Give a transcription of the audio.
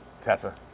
Tessa